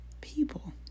people